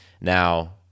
Now